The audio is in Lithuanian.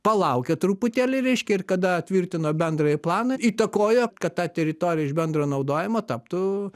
palaukė truputėlį reiškia ir kada tvirtino bendrąjį planą įtakojo kad ta teritorija iš bendro naudojimo taptų